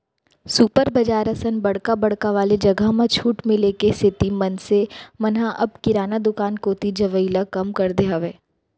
super बजार असन बड़का बड़का वाले जघा म छूट मिले के सेती मनसे मन ह अब किराना दुकान कोती जवई ल कम कर दे हावय